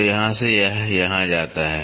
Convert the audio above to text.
तो यहाँ से यह यहाँ जाता है